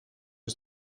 est